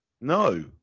No